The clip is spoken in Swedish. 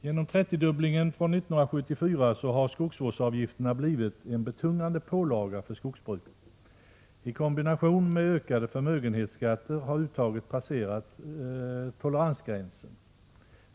Genom 30-dubblingen sedan 1974 har skogsvårdsavgifterna blivit en betungande pålaga för skogsbruket. I kombination med ökade förmögenhetsskatter har uttaget passerat toleransgränsen.